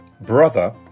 brother